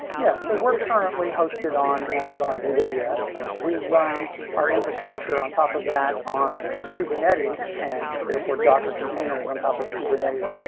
yeah. so we're currently hosted on amazon and but aws we run our infrastructure on top of that on kubernetes and, therefore, docker container is on top of kubernetes,